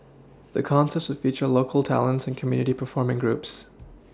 the concerts feature local talents and community performing groups